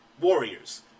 Warriors